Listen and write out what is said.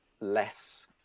less